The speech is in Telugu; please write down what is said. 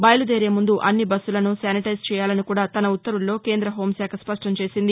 బయలుదేరే ముందు అన్ని బస్సులను శానిటైజ్ చేయాలని కూడా తన ఉత్తర్వుల్లో కేంద్రద హోంశాఖ స్పష్టం చేసింది